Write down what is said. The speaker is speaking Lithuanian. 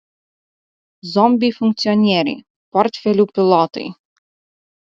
zombiai funkcionieriai portfelių pilotai